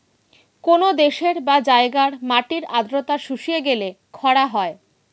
কোন দেশের বা জায়গার মাটির আর্দ্রতা শুষিয়ে গেলে খরা হয়